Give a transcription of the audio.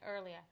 earlier